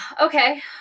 okay